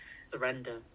surrender